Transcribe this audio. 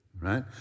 right